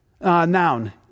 noun